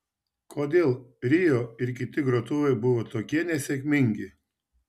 kodėl rio ir kiti grotuvai buvo tokie nesėkmingi